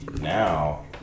now